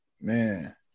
Man